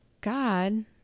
God